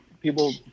people